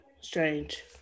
strange